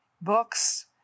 books